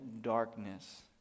darkness